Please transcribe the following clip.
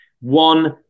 One